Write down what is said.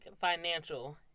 financial